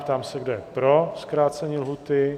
Ptám se, kdo je pro zkrácení lhůty?